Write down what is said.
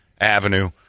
Avenue